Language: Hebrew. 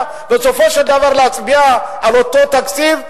ובסופו של דבר להצביע על אותו תקציב,